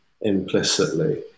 implicitly